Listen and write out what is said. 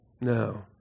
No